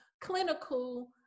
clinical